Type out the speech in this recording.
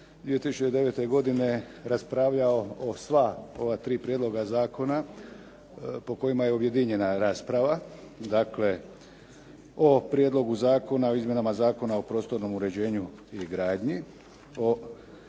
2009. godine raspravljao o sva ova tri prijedloga zakona, po kojima je objedinjena rasprava. Dakle, o Prijedlogu zakona o izmjenama Zakona o prostornom uređenju ili gradnji,